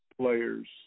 players